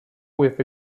with